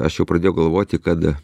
aš jau pradėjau galvoti kad